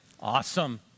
awesome